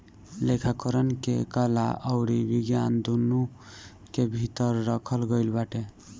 लेखाकरण के कला अउरी विज्ञान दूनो के भीतर रखल गईल बाटे